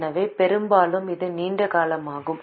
எனவே பெரும்பாலும் இது நீண்ட காலமாகும்